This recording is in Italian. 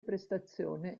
prestazione